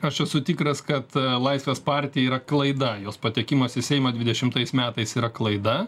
aš esu tikras kad laisvės partija yra klaida jos patekimas į seimą dvidešimtaisiais metais yra klaida